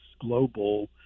global